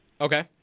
Okay